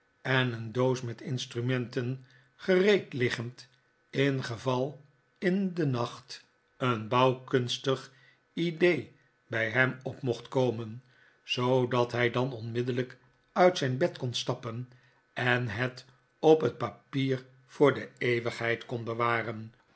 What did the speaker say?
en een doos met instrumenten gereed liggend ingeval in den nacht een bouwkunstig idee bij hem op mocht komen zoodat hij dan onmiddellijk uit zijn bed kon stappen en het op het papier voor de eeuwigheid kon bewaren